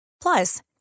Plus